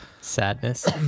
Sadness